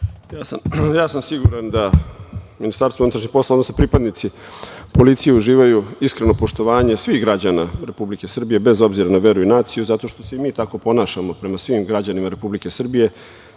Ja sam siguran da MUP, odnosno pripadnici policije, uživaju iskreno poštovanje svih građana Republike Srbije, bez obzira na veru i naciju, zato što se i mi tako ponašamo prema svih građanima Republike Srbije,